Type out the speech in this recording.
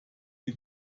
die